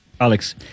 Alex